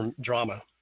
drama